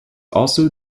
also